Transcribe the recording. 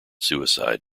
suicide